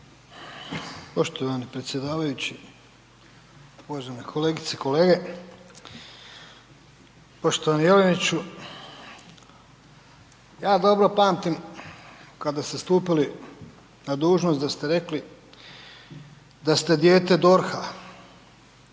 Poštovani predsjedavajući, uvažene kolegice i kolege. Poštovani Jeleniću. Ja dobro pamtim kada ste stupili na dužnost da ste rekli da ste dijete DORH-a,